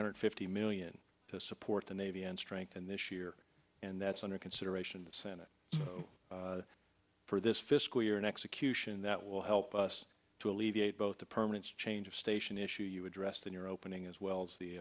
hundred fifty million to support the navy and strengthen this year and that's under consideration the senate for this fiscal year in execution that will help us to alleviate both the permanent change of station issue you addressed in your opening as well as the